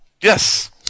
Yes